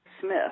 Smith